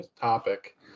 topic